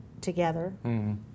together